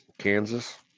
Kansas